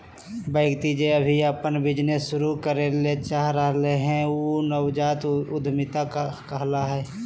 व्यक्ति जे अभी अपन बिजनेस शुरू करे ले चाह रहलय हें उ नवजात उद्यमिता कहला हय